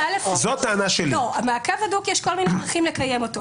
יש כל מיני דרכים לקיים מעקב הדוק.